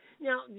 now